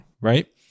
right